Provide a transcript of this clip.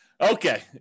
Okay